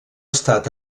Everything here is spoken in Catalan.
estat